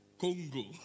Congo